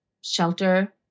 shelter